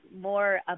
more